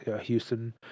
Houston